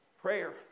Prayer